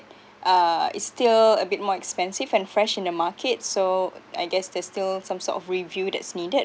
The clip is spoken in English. uh it's still a bit more expensive and fresh in the market so I guess there's still some sort of review that's needed